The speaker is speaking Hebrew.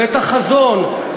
והחזון,